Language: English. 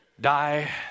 die